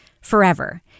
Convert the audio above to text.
forever